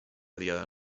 diada